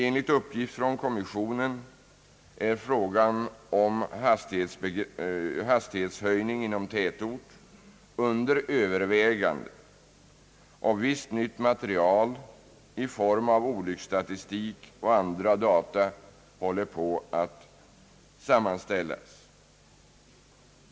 Enligt uppgift från kommissionen är frågan om en hastighetshöjning inom tätort under övervägande och visst nytt material i form av olycksstatistik och andra data håller på att sammanställas.